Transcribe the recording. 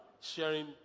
sharing